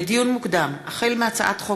לדיון מוקדם: החל בהצעת חוק